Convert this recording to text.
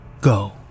go